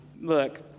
look